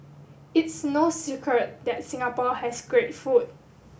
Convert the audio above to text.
it's no secret that Singapore has great food